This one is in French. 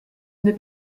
n’est